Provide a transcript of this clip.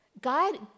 God